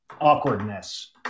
awkwardness